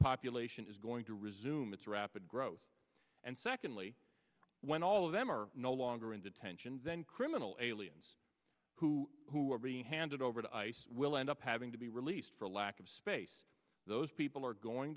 population is going to resume its rapid growth and secondly when all of them are no longer in detention then criminal aliens who are being handed over to ice will end up having to be released for lack of space those people are going